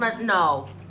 no